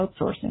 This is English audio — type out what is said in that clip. outsourcing